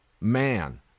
man